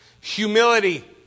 humility